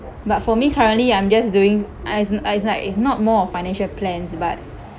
but for me currently I'm just doing uh isn't uh is like is not more of financial plans but